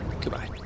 goodbye